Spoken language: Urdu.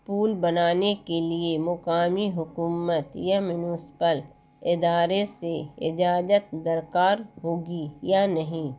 پول بنانے کے لیے مقامی حکومت یا مونسپل ادارے سے اجازت درکار ہوگی یا نہیں